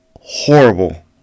Horrible